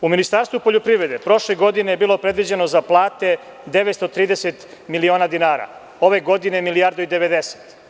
U Ministarstvu poljoprivrede prošle godine je bilo predviđeno za plate 930 miliona dinara, a ove godine milijardu i 90.